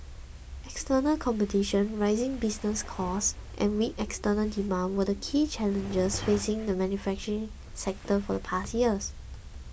external competition rising business costs and weak external demand were key challenges facing the manufacturing sector for the past years